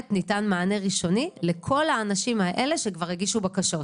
ניתן מענה ראשוני לכל האנשים האלה שכבר הגישו בקשות.